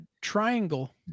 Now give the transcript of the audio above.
triangle